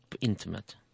intimate